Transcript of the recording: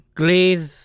glaze